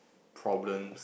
problems